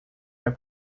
vai